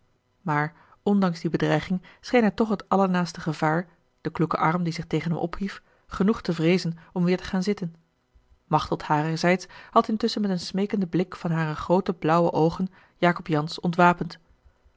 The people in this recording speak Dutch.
maar ondanks die bedreiging scheen hij toch het allernaaste gevaar den kloeken arm die zich tegen hem ophief genoeg te vreezen om weêr te gaan zitten machteld harerzijds had intusschen met een smeekenden blik van hare groote blauwe oogen jacob jansz ontwapend